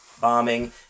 Bombing